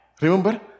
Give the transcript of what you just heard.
Remember